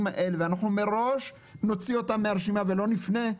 האלה ומראש נוציא אותם מהרשימה ולא נפנה אליהם,